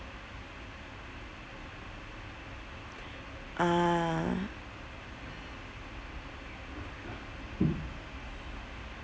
ah